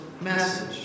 message